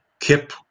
Kip